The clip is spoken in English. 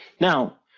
now,